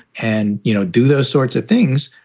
and, you know, do those sorts of things,